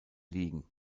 liegen